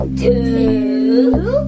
two